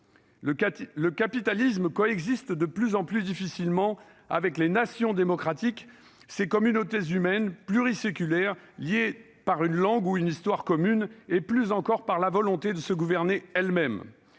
Le capitalisme coexiste de plus en plus difficilement avec les nations démocratiques, ces communautés humaines pluriséculaires liées par une langue ou une histoire communes, et plus encore par la volonté de se gouverner elles-mêmes.